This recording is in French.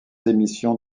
émissions